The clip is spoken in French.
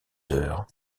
heures